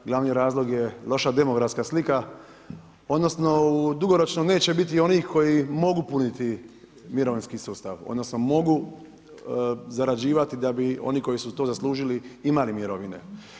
Glavni razlog je loša demografska slika odnosno dugoročno neće biti onih koji mogu puniti mirovinski sustav odnosno mogu zarađivati da bi oni koji su to zaslužili imali mirovine.